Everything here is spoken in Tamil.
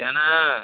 ஏன்னால்